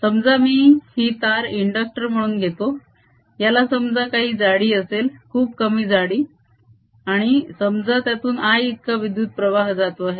समजा मी ही तार इंडक्टर म्हणून घेतो याला समजा काही जाडी असेल खूप कमी जाडी आणि समजा त्यातून I इतका विद्युत प्रवाह जातो आहे